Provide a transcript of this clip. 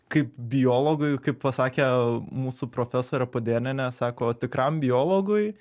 kaip biologui kaip pasakė mūsų profesorė puodėnienė sako tikram biologui